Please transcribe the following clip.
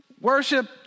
worship